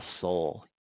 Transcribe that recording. soul